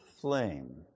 flame